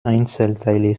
einzelteile